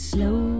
Slow